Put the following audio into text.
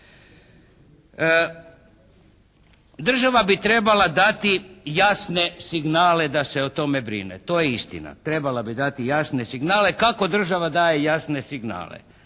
Država bi trebala dati jasne signale da se o tome brine. To je istina. Trebala bi dati jasne signale. Kako država daje jasne signale?